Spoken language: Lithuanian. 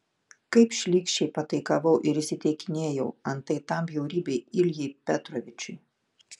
kaip šlykščiai pataikavau ir įsiteikinėjau antai tam bjaurybei iljai petrovičiui